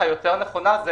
הדרך היותר נכונה היא